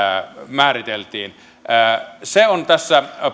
määriteltiin se on tässä